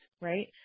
right